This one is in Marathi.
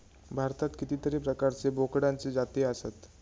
भारतात कितीतरी प्रकारचे बोकडांचे जाती आसत